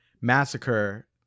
massacre